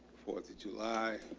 fourth of july